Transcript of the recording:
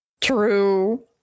True